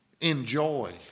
Enjoy